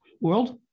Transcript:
world